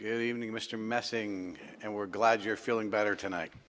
good evening mr messing and we're glad you're feeling better tonight